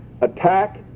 attack